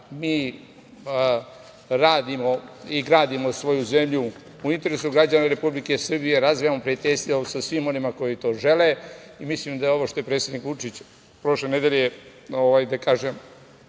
radimo i gradimo svoju zemlju u interesu građana Republike Srbije, razvijamo prijateljstvo sa svima onima koji to žele i mislim da je ovo što je predsednik Vučić prošle nedelje, ako